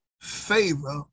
favor